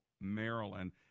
Maryland